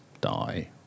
Die